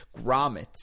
grommets